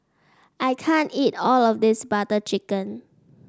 I can't eat all of this Butter Chicken